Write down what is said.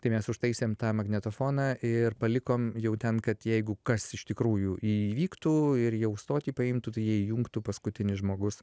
tai mes užtaisėm tą magnetofoną ir palikom jau ten kad jeigu kas iš tikrųjų įvyktų ir jau stotį paimtų tai jie įjungtų paskutinis žmogus